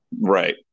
right